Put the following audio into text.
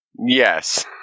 Yes